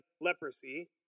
leprosy